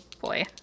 boy